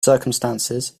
circumstances